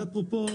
אפרופו,